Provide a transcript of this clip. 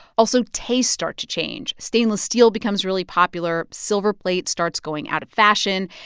also, tastes start to change. stainless steel becomes really popular. silver plate starts going out of fashion.